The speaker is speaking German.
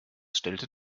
stellte